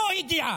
לפה היא הגיעה.